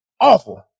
awful